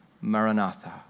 Maranatha